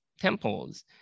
temples